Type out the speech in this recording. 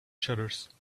shutters